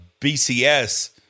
BCS